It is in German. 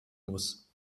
muss